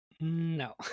No